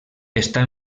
està